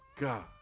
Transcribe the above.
God